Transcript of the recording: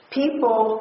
people